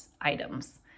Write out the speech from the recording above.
items